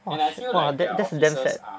!wah! shag !wah! that's damn sad